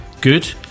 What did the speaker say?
Good